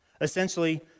Essentially